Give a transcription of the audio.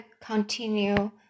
continue